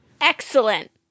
Excellent